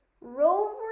rover